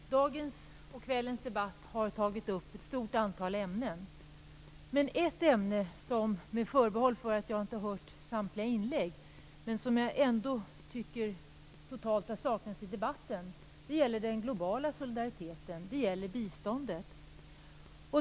Fru talman! I dagens och kvällens debatt har man tagit upp ett stort antal ämnen. Men ett ämne - med förbehåll för att jag inte har hört samtliga inlägg - som jag tycker totalt har saknats i debatten gäller den globala solidariteten, dvs. biståndet.